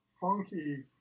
funky